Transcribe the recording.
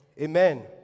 Amen